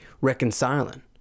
reconciling